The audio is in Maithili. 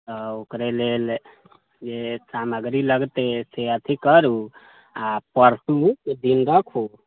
ओकरे लेल जे सामग्री लगतै से अथी करू आओर परसूके दिन रखू